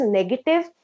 negative